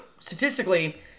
statistically